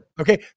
Okay